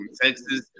Texas